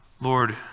Lord